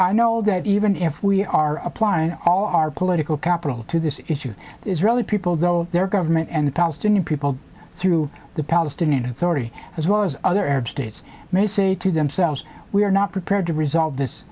i know that even if we are applying all our political capital to this issue israeli people though their government and the palestinian people through the palestinian authority as well as other arab states may say to themselves we are not prepared to resolve this